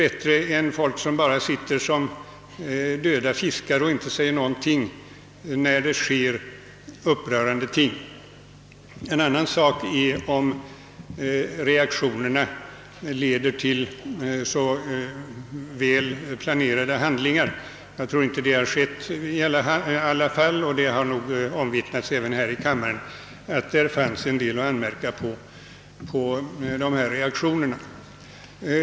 Det är bättre att de gör så inför upprörande ting än att, som döda fiskar, inte alls reagera. En annan fråga är om reaktionerna leder till så väl planerade handlingar; jag tror inte att detta alltid har varit fallet. Det har nog omvittnats även här i kammaren att det fanns en del att anmärka på dessa reaktioner.